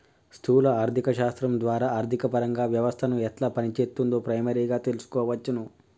స్థూల ఆర్థిక శాస్త్రం ద్వారా ఆర్థికపరంగా వ్యవస్థను ఎట్లా పనిచేత్తుందో ప్రైమరీగా తెల్సుకోవచ్చును